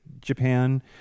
japan